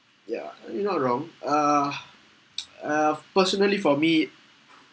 ya you're not wrong uh uh personally for me